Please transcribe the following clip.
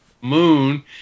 moon